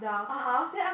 (aha)